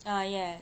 ah ya